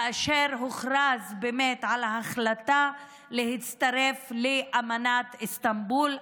כאשר הוכרז באמת על ההחלטה להצטרף לאמנת איסטנבול,